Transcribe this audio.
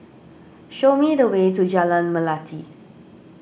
show me the way to Jalan Melati